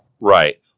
Right